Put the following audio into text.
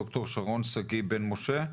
ד"ר שרון שגיא-בן משה,